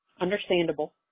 understandable